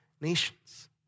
nations